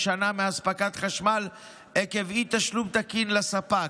שנה מאספקת חשמל עקב אי-תשלום תקין לספק.